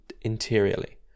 interiorly